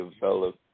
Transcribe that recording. develop